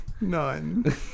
none